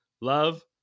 Love